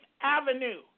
Avenue